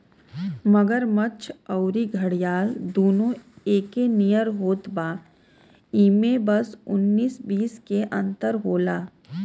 मगरमच्छ अउरी घड़ियाल दूनो एके नियर होत बा इमे बस उन्नीस बीस के अंतर होला